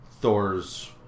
Thor's